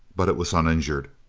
but it was uninjured.